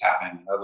happening